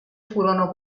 furono